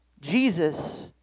Jesus